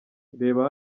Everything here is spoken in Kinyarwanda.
reba